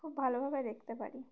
খুব ভালোভাবে দেখতে পারি